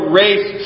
race